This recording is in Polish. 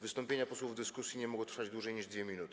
Wystąpienia posłów w dyskusji nie mogą trwać dłużej niż 2 minuty.